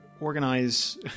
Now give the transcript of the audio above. organize